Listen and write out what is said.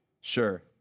sure